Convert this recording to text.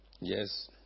Yes